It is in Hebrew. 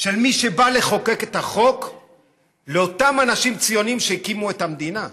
של מי שבא לחוקק את החוק לאותם אנשים ציונים שהקימו את המדינה.